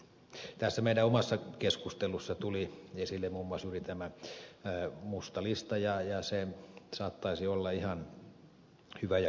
tässä meidän omassa keskustelussamme tuli esille muun muassa juuri tämä musta lista ja se saattaisi olla ihan hyvä ja käyttökelpoinen